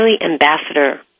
Ambassador